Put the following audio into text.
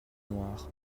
noires